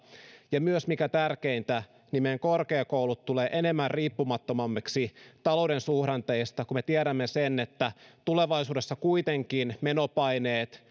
ja myös mikä tärkeintä meidän korkeakoulut tulevat riippumattomammiksi talouden suhdanteista kun me tiedämme että tulevaisuudessa kuitenkin menopaineet